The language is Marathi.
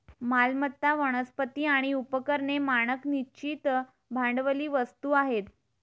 मालमत्ता, वनस्पती आणि उपकरणे मानक निश्चित भांडवली वस्तू आहेत